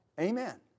Amen